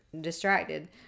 distracted